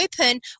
open